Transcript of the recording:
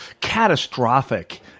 catastrophic